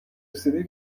رسیده